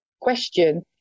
question